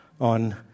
on